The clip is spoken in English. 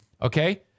Okay